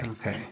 Okay